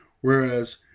whereas